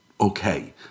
okay